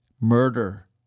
murder